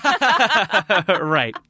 Right